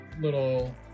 little